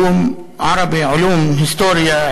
היסטוריה,